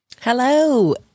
Hello